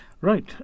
Right